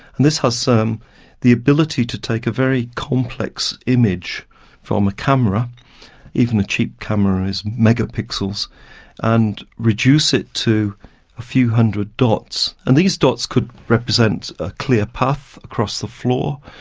and this has the ability to take a very complex image from a camera even a cheap camera is megapixels and reduce it to a few hundred dots. and these dots could represent a clear path across the floor,